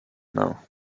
know